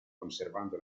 conservando